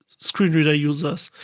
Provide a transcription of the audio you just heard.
screen reader users